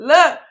Look